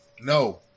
No